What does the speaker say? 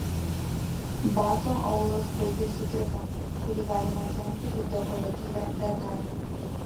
bato aulas baigiasi trikampiu kurį galima atlenkti kaip dekoratyvią detalę